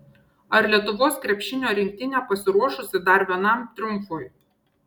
ar lietuvos krepšinio rinktinė pasiruošusi dar vienam triumfui